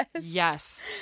Yes